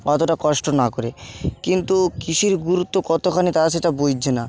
অতোটা কষ্ট না করে কিন্তু কৃষির গুরুত্ব কতখানি তারা সেটা বুঝছে না